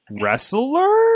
wrestler